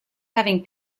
having